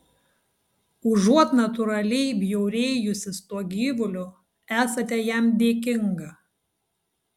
užuot natūraliai bjaurėjusis tuo gyvuliu esate jam dėkinga